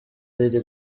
iri